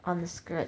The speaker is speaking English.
on the skirt